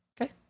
Okay